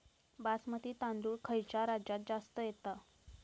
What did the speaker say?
बासमती तांदूळ खयच्या राज्यात जास्त येता?